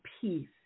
peace